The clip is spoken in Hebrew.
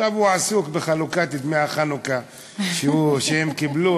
עכשיו הוא עסוק בחלוקת דמי החנוכה שהם קיבלו,